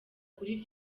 kuri